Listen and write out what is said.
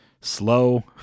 slow